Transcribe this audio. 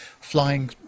flying